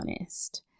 honest